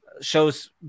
shows